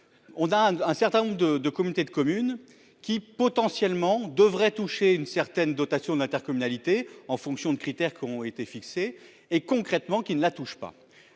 on a un certain nombre de de communauté de communes qui, potentiellement, devrait toucher une certaine dotation d'intercommunalité en fonction de critères qui ont été fixées et concrètement qu'il ne la touche pas